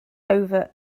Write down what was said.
over